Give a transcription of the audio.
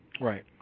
Right